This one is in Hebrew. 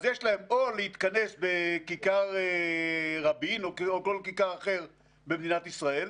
אז יש להם או להתכנס בכיכר רבין או כל כיכר אחרת במדינת ישראל,